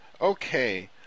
Okay